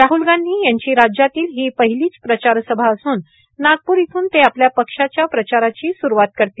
राहुल गांधी यांची राज्यातील ही पहिलीच प्रचारसभा असून नागपूर इथून ते आपल्या पक्षाच्या प्रचाराची सुरूवात केली